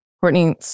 Courtney